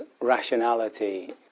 rationality